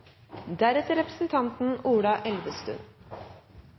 deretter var representanten